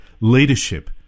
leadership